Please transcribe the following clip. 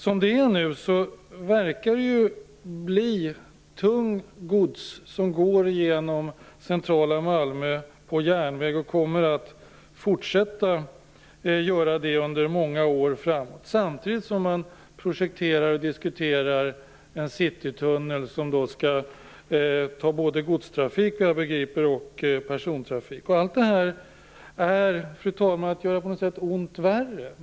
Som det nu verkar kommer det att gå tungt gods genom centrala Malmö på järnväg, och detta kommer att fortsätta under många år framåt. Samtidigt projekteras och diskuteras en citytunnel, genom vilken det såvitt jag begriper skall gå både godstrafik och persontrafik. Allt det här innebär, fru talman, att man gör ont värre.